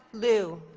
liu